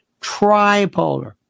tripolar